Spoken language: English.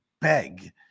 beg